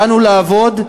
באנו לעבוד,